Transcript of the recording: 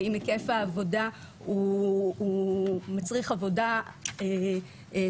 ועם היקף העבודה מצריך עבודה בטווחי